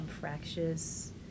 fractious